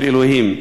של אלוהים,